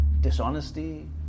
Dishonesty